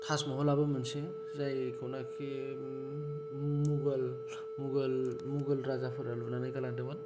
ताज महलाबो मोनसे जायखौनाखि मगल मुगोल मुगोल राजाफोरा लुनानै गालांदोंमोन